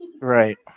Right